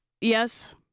yes